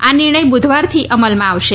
આ નિર્ણય બુધવારથી અમલમાં આવશે